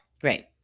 Great